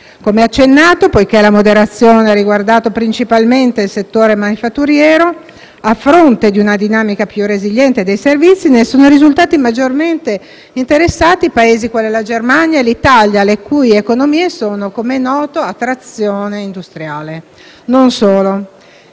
Come accennato, poiché la moderazione ha riguardato principalmente il settore manifatturiero, a fronte di una dinamica più resiliente dei servizi, ne sono risultati maggiormente interessati Paesi quali la Germania e l'Italia, le cui economie, come noto, sono a trazione industriale. Non solo: